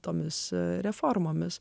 tomis reformomis